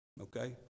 okay